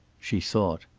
she thought.